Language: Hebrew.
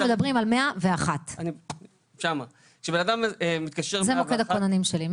מדברים על 101. זה מוקד הכוננים שלי,